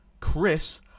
Chris